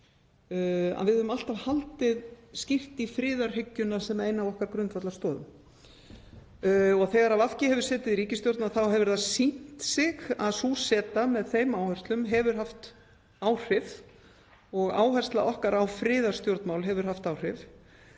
að við höfum alltaf haldið skýrt í friðarhyggjuna sem eina af okkar grundvallarstoðum. Þegar VG hefur setið í ríkisstjórn þá hefur það sýnt sig að sú seta, með þeim áherslum, hefur haft áhrif og áhersla okkar á friðarstjórnmál hefur haft áhrif.